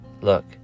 Look